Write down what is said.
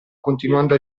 continuando